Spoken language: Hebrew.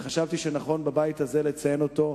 וחשבתי שנכון בבית הזה לציין אותו,